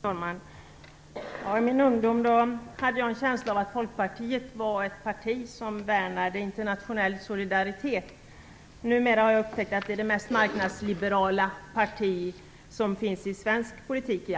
Fru talman! I min ungdom hade jag en känsla av att Folkpartiet var ett parti som värnade internationell solidaritet. Numera är Folkpartiet, det har jag upptäckt, det mest marknadsliberala partiet, i alla fall i svensk politik.